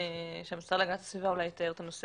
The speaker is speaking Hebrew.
מציעה שהמשרד להגנת הסביבה יתאר את הנושא